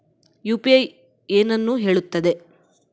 UPI ಏನನ್ನು ಹೇಳುತ್ತದೆ?